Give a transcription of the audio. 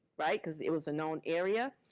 right? because it was a known area.